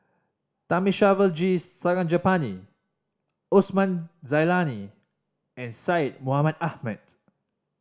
Thamizhavel G Sarangapani Osman Zailani and Syed Mohamed Ahmed